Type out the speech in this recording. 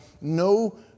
no